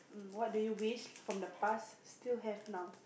what do you wish from the past still have now